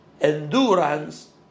endurance